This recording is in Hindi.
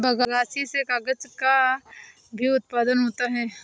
बगासी से कागज़ का भी उत्पादन होता है